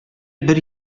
бер